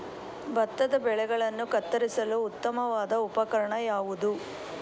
ಭತ್ತದ ಬೆಳೆಗಳನ್ನು ಕತ್ತರಿಸಲು ಉತ್ತಮವಾದ ಉಪಕರಣ ಯಾವುದು?